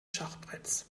schachbretts